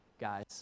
guys